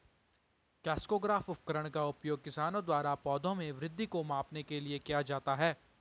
crescograph उपकरण का उपयोग किसानों द्वारा पौधों में वृद्धि को मापने के लिए किया जाता है